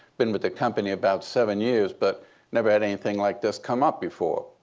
been with the company about seven years, but never had anything like this come up before.